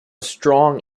strong